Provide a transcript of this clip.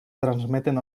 transmeten